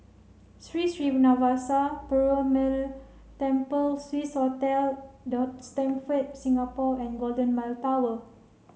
Sri Srinivasa Perumal Temple Swissotel The Stamford Singapore and Golden Mile Tower